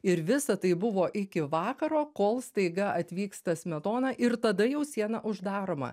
ir visa tai buvo iki vakaro kol staiga atvyksta smetona ir tada jau siena uždaroma